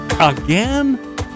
Again